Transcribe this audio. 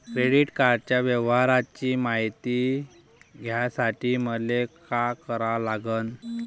Credit कार्डाच्या व्यवहाराची मायती घ्यासाठी मले का करा लागन?